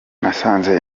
nasanze